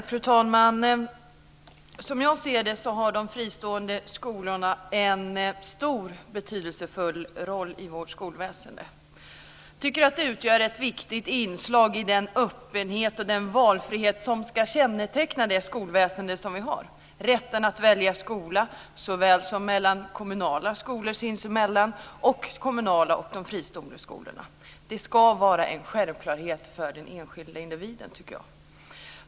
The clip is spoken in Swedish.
Fru talman! Som jag ser det har de fristående skolorna en stor och betydelsefull roll i vårt skolväsende. Jag tycker att de utgör ett viktigt inslag i den öppenhet och den valfrihet som ska känneteckna det skolväsende som vi har. Rätten att välja skola, såväl mellan kommunala skolor sinsemellan som mellan kommunala och fristående skolor, tycker jag ska vara en självklarhet för den enskilde individen.